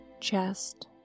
chest